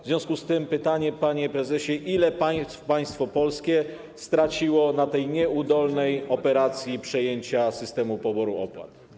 W związku z tym pytanie, panie prezesie: Ile państwo polskie straciło na tej nieudolnej operacji przejęcia systemu poboru opłat?